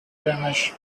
damage